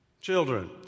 children